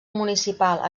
municipal